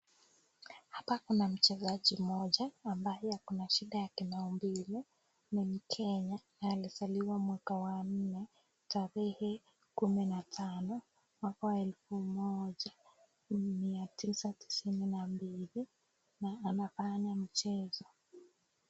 Hapa kuna mchezaji mmoja ambaye ako na shida ya kimaumbile, ni mkenya na alizawa mwaka wa nne tarehe kumi na tano mwaka wa elfu moja mia tisa tisini na mbili na anafanya mchezo.